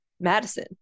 Madison